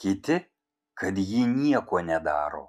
kiti kad ji nieko nedaro